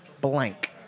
blank